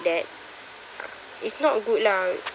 that it's not good lah